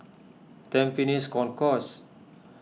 Tampines Concourse